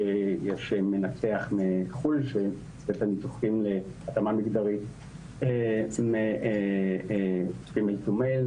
יש מנתח מחו"ל שעושה את הניתוחים להתאמה מגדרית מנקבה לזכר,